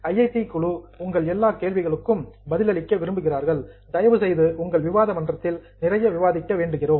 IIT குழு உங்கள் எல்லா கேள்விகளுக்கும் ரெஸ்பாண்ட் பதிலளிக்க விரும்புகிறார்கள் தயவுசெய்து உங்கள் விவாத மன்றத்தில் நிறைய விவாதிக்க வேண்டுகிறோம்